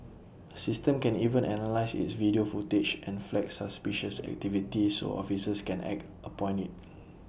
the system can even analyse its video footage and flag suspicious activity so officers can act upon IT